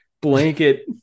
blanket